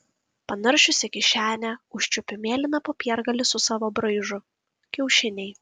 panaršiusi kišenę užčiuopiu mėlyną popiergalį su savo braižu kiaušiniai